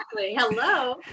Hello